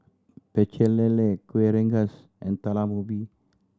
Pecel Lele Kueh Rengas and Talam Ubi